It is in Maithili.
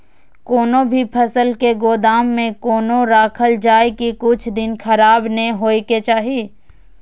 कोनो भी फसल के गोदाम में कोना राखल जाय की कुछ दिन खराब ने होय के चाही?